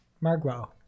Margot